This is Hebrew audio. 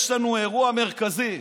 יש לנו אירוע מרכזי.